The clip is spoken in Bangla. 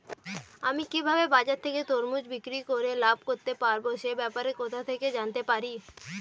আমি কিভাবে বাজার থেকে তরমুজ বিক্রি করে লাভ করতে পারব সে ব্যাপারে কোথা থেকে জানতে পারি?